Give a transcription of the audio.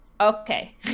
Okay